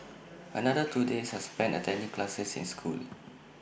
another two days are spent attending classes in school